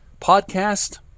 podcast